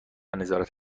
نظارت